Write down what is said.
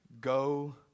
go